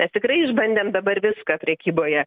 mes tikrai išbandėm dabar viską prekyboje